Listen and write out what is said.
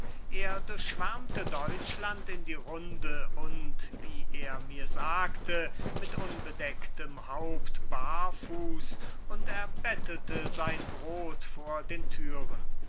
er durchschwärmte deutschland in die runde und wie er mir sagte mit unbedecktem haupt barfus und erbettelte sein brod vor den thüren